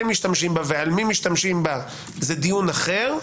משתמשים בה ועל מי משתמשים בה היא דיון אחר.